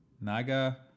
Naga